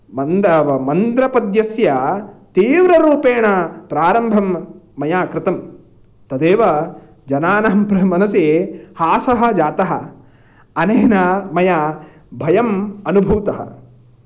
मन्द मन्द्रपद्यस्य तीव्ररूपेण प्रारम्भं मया कृतं तदेव जनानां मनसि हासः जातः अनेन मया भयम् अनुभूतः